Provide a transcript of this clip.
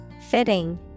Fitting